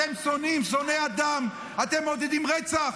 אתם שונאים, שונאי אדם, אתם מעודדים רצח.